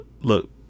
look